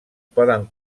poden